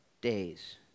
days